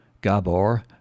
Gabor